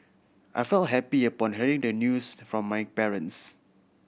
I feel happy upon hearing the news from my parents